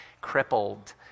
crippled